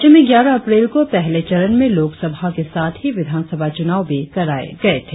राज्य में ग्यारह अप्रैल को पहले चरण में लोकसभा के साथ ही विधानसभा चुनाव भी कराए गए थे